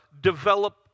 develop